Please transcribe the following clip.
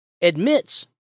admits